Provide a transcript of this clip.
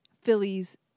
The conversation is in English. Phillies